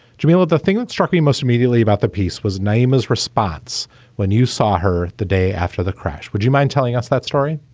jamelia, the thing that struck me most immediately about the piece was name is response when you saw her the day after the crash. would you mind telling us that story?